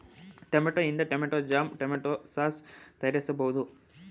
tomato ಇಂದ tomato jam, tomato sauce ತಯಾರಿಸಬೋದು